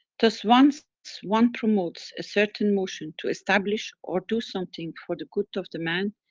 thus once one promotes a certain motion to establish or do something for the good of the man,